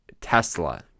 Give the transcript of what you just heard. Tesla